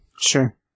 Sure